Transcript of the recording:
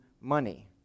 money